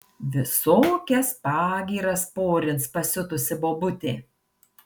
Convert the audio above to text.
visokias pagyras porins pasiutusi bobutė